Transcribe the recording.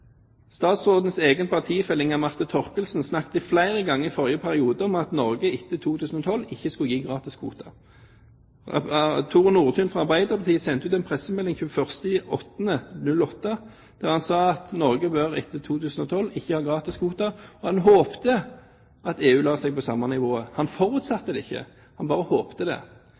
Statsrådens egen partifelle Inga Marte Thorkildsen snakket flere ganger i forrige periode om at Norge etter 2012 ikke skulle gi gratiskvoter. Tore Nordtun fra Arbeiderpartiet sendte ut en pressemelding 21. august 2008, der han sa at Norge etter 2012 ikke bør ha gratiskvoter, og han håpet at EU la seg på det samme nivået. Han forutsatte det ikke, han bare håpet det.